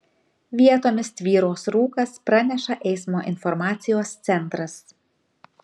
vietomis tvyros rūkas praneša eismo informacijos centras